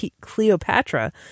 Cleopatra